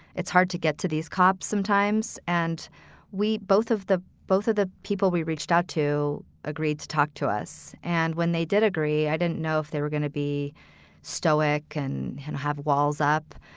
it's hard to get to these cops sometimes. and we both of the both of the people we reached out to agreed to talk to us. and when they did agree, i didn't know if they were gonna be stoic and have walls up,